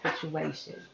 situation